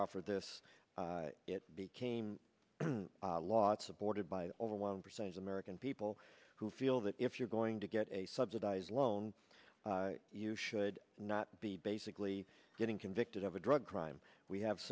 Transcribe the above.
offer this it became a lot supported by over one percent of american people who feel that if you're going to get a subsidized loan you should not be basically getting convicted of a drug crime we have